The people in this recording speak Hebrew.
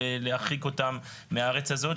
או להרחיק אותם מהארץ הזאת,